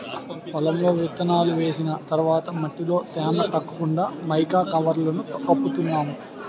పొలంలో విత్తనాలు వేసిన తర్వాత మట్టిలో తేమ తగ్గకుండా మైకా కవర్లను కప్పుతున్నాం